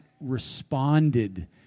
responded